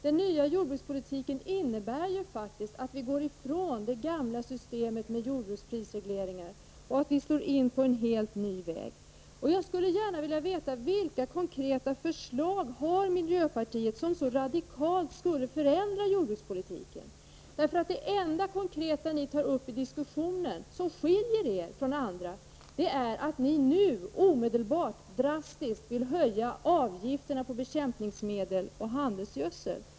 Den nya jordbrukspolitiken innebär att vi går ifrån det gamla systemet med jordbruksprisregleringar och slår in på en helt ny väg. Jag skulle gärna vilja veta vilka konkreta förslag miljöpartiet har, som så radikalt skulle förändra jordbrukspolitiken. Det enda konkreta ni tar upp i diskussionen, som skiljer er från andra, är att ni nu, omedelbart och drastiskt, vill höja avgifterna på bekämpningsmedel och handelsgödsel.